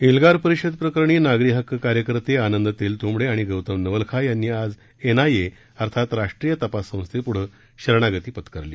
एल्गार परिषद प्रकरणी नागरी हक्क कार्यकर्ते आनंद तेलतुंबडे आणि गौतम नवलखा यांनी आज एनआयए अर्थात राष्ट्रीय तपास संस्थेपूढं शरणागती पत्करली